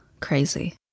crazy